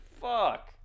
Fuck